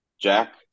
Jack